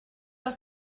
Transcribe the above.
els